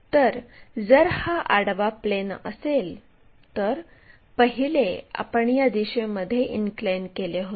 तर जर हा आडवा प्लेन असेल तर पहिले आपण या दिशेमध्ये इनक्लाइन केले होते